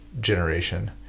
generation